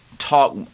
Talk